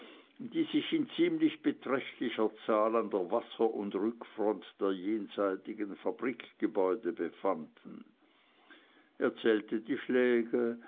die sich in ziemlich beträchtlicher zahl an der wasser und rückfront der jenseitigen fabrikgebäude befanden er zählte die schläge